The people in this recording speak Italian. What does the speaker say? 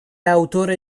autore